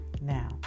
now